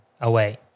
away